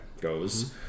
goes